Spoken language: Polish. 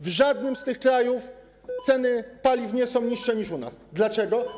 W żadnym z tych krajów ceny paliw nie są niższe niż u nas. Dlaczego?